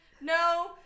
no